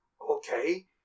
okay